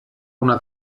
una